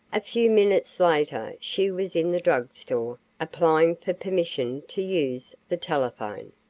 a few minutes later she was in the drug store applying for permission to use the telephone.